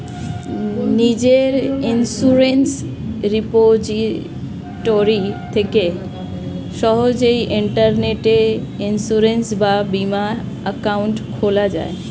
নিজের insurance repository থেকে সহজেই ইন্টারনেটে ইন্সুরেন্স বা বীমা অ্যাকাউন্ট খোলা যায়